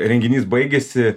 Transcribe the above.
renginys baigiasi